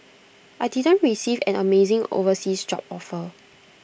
I didn't receive an amazing overseas job offer